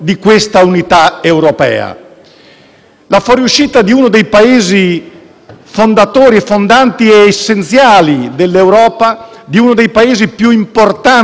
La fuoriuscita di uno dei Paesi fondanti ed essenziali dell'Europa, di uno dei Paesi più importanti del nostro continente